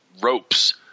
ropes